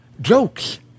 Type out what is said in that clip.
jokes